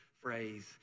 phrase